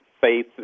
faith